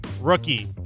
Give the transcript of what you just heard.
rookie